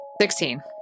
Sixteen